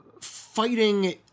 fighting